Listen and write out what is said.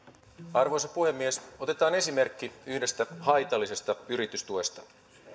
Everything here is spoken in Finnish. arvoisa puhemies otetaan esimerkki yhdestä haitallisesta yritystuesta